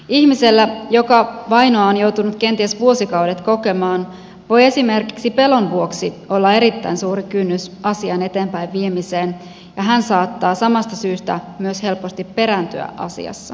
ihmisellä joka vainoa on joutunut kenties vuosikaudet kokemaan voi esimerkiksi pelon vuoksi olla erittäin suuri kynnys asian eteenpäinviemiseen ja hän saattaa samasta syystä myös helposti perääntyä asiassa